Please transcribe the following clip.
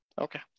Okay